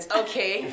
okay